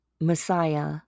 Messiah